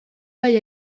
bai